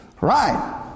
Right